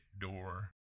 door